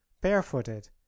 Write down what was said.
barefooted